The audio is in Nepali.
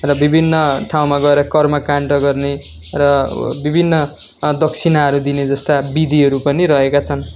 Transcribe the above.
र विभिन्न ठाउँमा गएर कर्मकान्ड गर्ने र विभिन्न दक्षिणाहरू दिने जस्ता विधिहरू पनि रहेका छन्